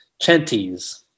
Chanties